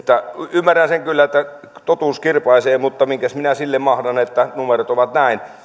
ymmärrän sen kyllä että totuus kirpaisee mutta minkäs minä sille mahdan että numerot ovat näin